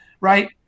right